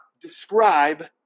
Describe